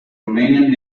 romanian